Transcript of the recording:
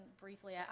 briefly